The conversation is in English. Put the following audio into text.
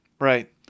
Right